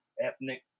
Ethnic